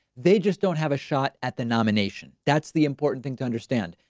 they just don't have a shot at the nomination. that's the important thing to understand.